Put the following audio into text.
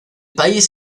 país